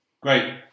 Great